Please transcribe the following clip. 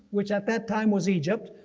which at that time was egypt,